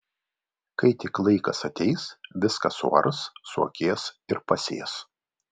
kai tik laikas ateis viską suars suakės ir pasės